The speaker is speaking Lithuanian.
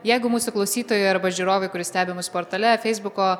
jeigu mūsų klausytojui arba žiūrovui kuris stebi mus portale feisbuko